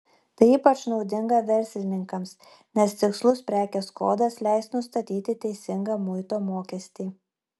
tai ypač naudinga verslininkams nes tikslus prekės kodas leis nustatyti teisingą muito mokestį